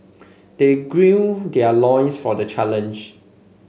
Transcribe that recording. they their loins for the challenge